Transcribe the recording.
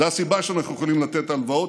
זו הסיבה שאנחנו יכולים לתת הלוואות.